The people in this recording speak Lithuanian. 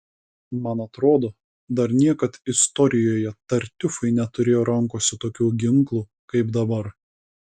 man atrodo dar niekad istorijoje tartiufai neturėjo rankose tokių ginklų kaip dabar